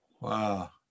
Wow